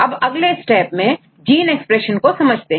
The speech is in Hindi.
अब अगले स्टेप में जीन एक्सप्रेशन को समझते हैं